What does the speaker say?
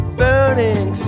burning